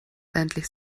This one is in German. endlich